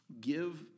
Give